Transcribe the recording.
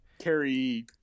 Carrie